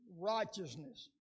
righteousness